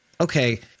okay